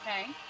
Okay